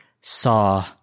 saw